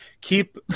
Keep